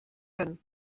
können